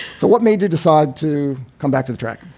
so what made you decide to come back to the track?